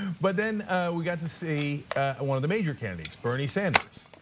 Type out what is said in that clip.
but then we got to see ah one of the major candidates, bernie sanders.